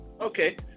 Okay